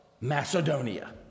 Macedonia